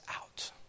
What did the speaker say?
out